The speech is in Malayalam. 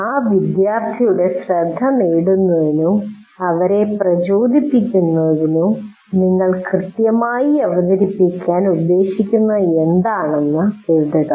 ആ വിദ്യാർത്ഥിയുടെ ശ്രദ്ധ നേടുന്നതിനോ അവരെ പ്രചോദിപ്പിക്കുന്നതിനോ നിങ്ങൾ കൃത്യമായി അവതരിപ്പിക്കാൻ ഉദ്ദേശിക്കുന്നത് എന്താണെന്ന് എഴുതുക